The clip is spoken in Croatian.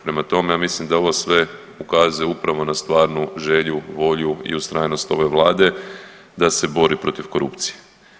Prema tome, ja mislim da ovo sve ukazuje upravo na stvarnu želju, volju i ustrajnost ove Vlade da se bori protiv korupcije.